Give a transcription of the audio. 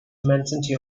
immensity